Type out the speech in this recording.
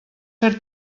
fer